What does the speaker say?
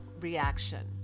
reaction